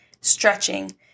stretching